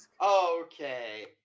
Okay